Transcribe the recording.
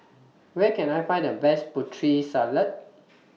Where Can I Find The Best Putri Salad